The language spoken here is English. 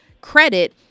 credit